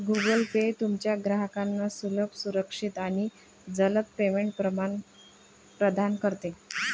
Google Pay तुमच्या ग्राहकांना सुलभ, सुरक्षित आणि जलद पेमेंट प्रदान करते